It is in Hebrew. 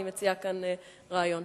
אני מציעה כאן רעיון.